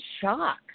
shock